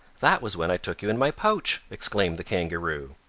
that was when i took you in my pouch! exclaimed the kangaroo.